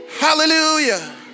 Hallelujah